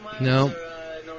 No